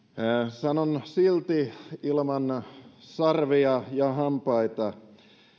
sanon silti ilman sarvia ja hampaita että